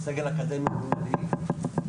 לנכות שכר.